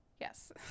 Yes